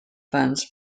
funds